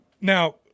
Now